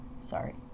Sorry